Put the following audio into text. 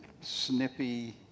snippy